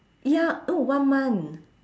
ya oh one month